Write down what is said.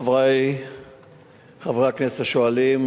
חברי חברי הכנסת השואלים,